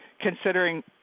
considering